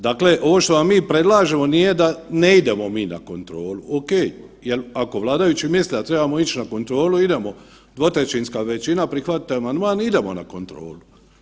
Dakle, ovo što vam mi predlažemo nije da ne idemo mi na kontrolu, okej jel ako vladajući misle, a trebamo ić na kontrolu, idemo, dvotrećinska većina prihvatite amandman i idemo na kontrolu.